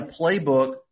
playbook